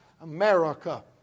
America